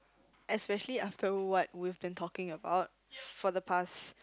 especially after what we've been talking about for the past